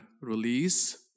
release